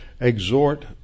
exhort